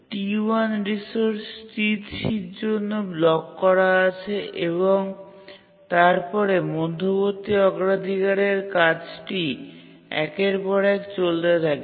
T1 resource T3 এর জন্য block করা আছে এবং তারপরে মধ্যবর্তী অগ্রাধিকারের কাজটি একের পর এক চলতে থাকে